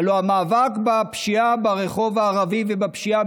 הלוא המאבק בפשיעה ברחוב הערבי ובפשיעה